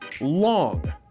long